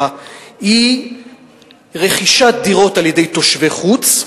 היא רכישת דירות על-ידי תושבי חוץ,